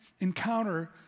encounter